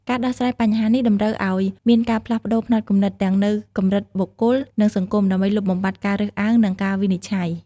ការដោះស្រាយបញ្ហានេះតម្រូវឱ្យមានការផ្លាស់ប្តូរផ្នត់គំនិតទាំងនៅកម្រិតបុគ្គល និងសង្គមដើម្បីលុបបំបាត់ការរើសអើងនិងការវិនិច្ឆ័យ។